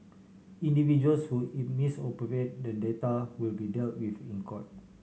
individuals who misappropriate the data will be dealt with in court